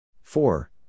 Four